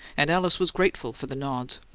and alice was grateful for the nods.